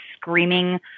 screaming